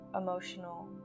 emotional